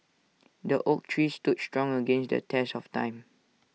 the oak tree stood strong against the test of time